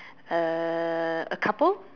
a a couple